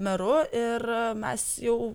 meru ir mes jau